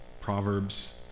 Proverbs